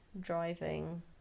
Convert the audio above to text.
driving